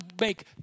make